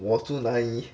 我住哪里